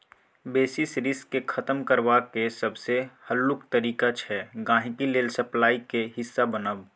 basis risk केँ खतम करबाक सबसँ हल्लुक तरीका छै गांहिकी लेल सप्लाईक हिस्सा बनब